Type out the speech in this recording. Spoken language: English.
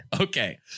okay